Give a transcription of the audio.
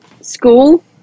school